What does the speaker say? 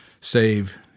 Save